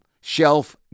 shelf